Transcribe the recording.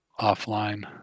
offline